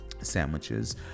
sandwiches